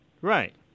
Right